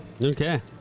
Okay